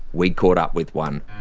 we caught up with one.